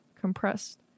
compressed